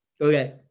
Okay